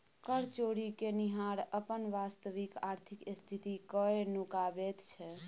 कर चोरि केनिहार अपन वास्तविक आर्थिक स्थिति कए नुकाबैत छै